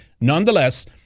nonetheless